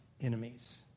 enemies